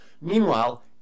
Meanwhile